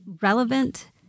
relevant